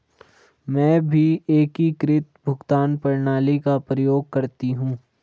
मैं भी एकीकृत भुगतान प्रणाली का प्रयोग करती हूं